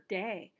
day